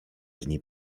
dni